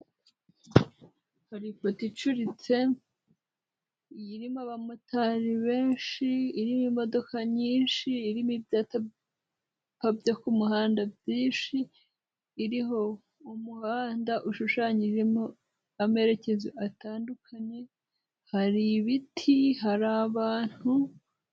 Hari ifoto icuritse irimo abamotari benshi, irimo imodoka nyinshi, irimo ibya byo ku muhanda byinshi, iriho umuhanda ushushanyijemo amerekezo atandukanye, hari ibiti, hari abantu.